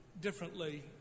differently